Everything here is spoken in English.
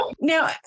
Now